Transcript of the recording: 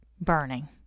burning